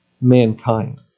mankind